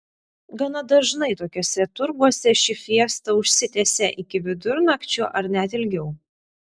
gana dažnai tokiuose turguose ši fiesta užsitęsia iki vidurnakčio ar net ilgiau